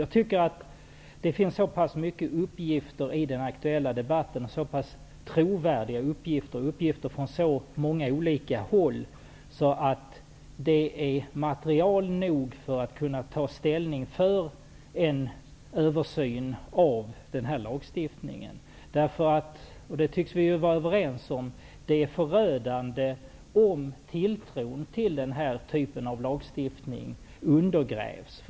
Jag tycker att det i den aktuella debatten finns så många och så trovärdiga uppgifter och uppgifter från så många olika håll att det är material nog för att kunna ta ställning för en översyn av lagstiftningen. Det är förödande -- det tycks vi ju vara överens om -- om tilltron till den här typen av lagstiftning undergrävs.